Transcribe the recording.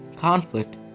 conflict